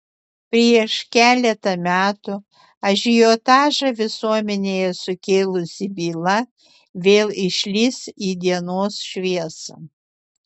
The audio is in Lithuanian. prieš keletą metų ažiotažą visuomenėje sukėlusi byla vėl išlįs į dienos šviesą